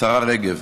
השרה רגב,